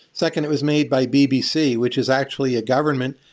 second it was made by bbc, which is actually a government.